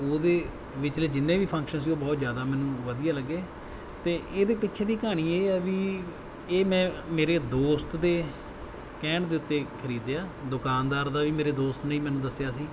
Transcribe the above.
ਉਹਦੇ ਵਿਚਲੇ ਜਿੰਨੇ ਵੀ ਫੰਕਸ਼ਨ ਸੀ ਉਹ ਬਹੁਤ ਜ਼ਿਆਦਾ ਮੈਨੂੰ ਵਧੀਆ ਲੱਗੇ ਅਤੇ ਇਹਦੇ ਪਿੱਛੇ ਦੀ ਕਹਾਣੀ ਇਹ ਆ ਵੀ ਇਹ ਮੈਂ ਮੇਰੇ ਦੋਸਤ ਦੇ ਕਹਿਣ ਦੇ ਉੱਤੇ ਖਰੀਦਿਆ ਦੁਕਾਨਦਾਰ ਦਾ ਵੀ ਮੇਰੇ ਦੋਸਤ ਨੇ ਹੀ ਮੈਨੂੰ ਦੱਸਿਆ ਸੀ